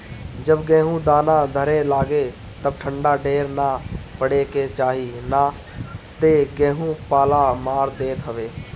जब गेहूँ दाना धरे लागे तब ठंडा ढेर ना पड़े के चाही ना तऽ गेंहू पाला मार देत हवे